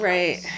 Right